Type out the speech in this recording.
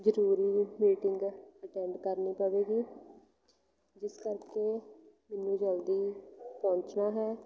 ਜ਼ਰੂਰੀ meeting attend ਕਰਨੀ ਪਵੇਗੀ ਜਿਸ ਕਰਕੇ ਮੈਨੂੰ ਜਲਦੀ ਪਹੁੰਚਣਾ ਹੈ